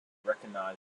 recognised